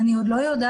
אני עוד לא יודעת